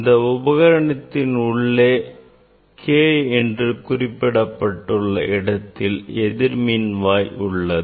இந்த உபகரணத்தின் உள்ளே K எனக் குறிப்பிடப்பட்டுள்ள இடத்தில் எதிர்மின்வாய் உள்ளது